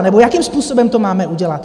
Nebo jakým způsobem to máme udělat?